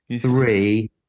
Three